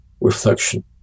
reflection